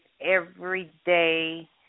everyday